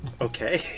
Okay